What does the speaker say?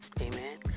Amen